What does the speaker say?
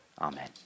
Amen